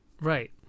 Right